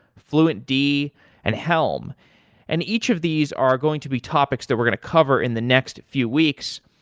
fluentd and helm and each of these are going to be topics that we're going to cover in the next few weeks,